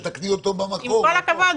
כי למנות שר אני יכול למנות מבחוץ גם כן.